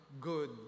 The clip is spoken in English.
good